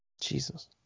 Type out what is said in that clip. Jesus